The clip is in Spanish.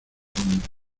hombre